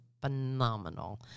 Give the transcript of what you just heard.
phenomenal